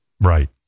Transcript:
Right